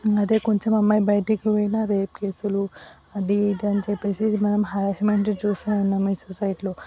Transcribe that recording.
అదే కొంచెం అమ్మాయి బయటికి పోయినా రేప్ కేసులు అది ఇది అని చెప్పేసి మనం హరాస్మెంట్లు చూస్తూనే ఉన్నాము ఈ సొసైటీలో